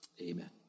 Amen